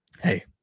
Hey